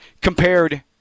compared